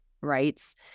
rights